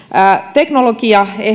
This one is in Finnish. teknologia